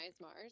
mars